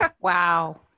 Wow